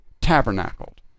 tabernacled